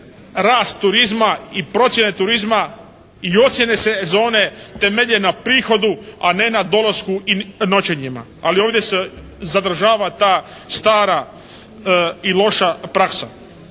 rast turizma i procjene turizma i ocjene sezone temelje na prihodu, a ne na dolasku i noćenjima. Ali ovdje se zadržava ta stara i loša praksa.